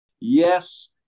Yes